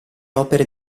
opere